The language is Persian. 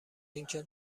اینکه